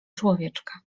człowieczka